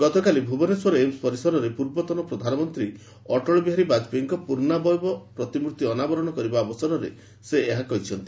ଗତକାଲି ଭୁବନେଶ୍ୱରର ଏମ୍ସ୍ ପରିସରରେ ପୂର୍ବତନ ପ୍ରଧାନମନ୍ତ୍ରୀ ଅଟଳ ବିହାରୀ ବାଜାପେୟୀଙ୍କ ପୂର୍ଣ୍ଣାବୟବ ପ୍ରତିମର୍ତ୍ତି ଅନାବରଣ କରିବା ଅବସରରେ ସେ ଏହା କହିଛନ୍ତି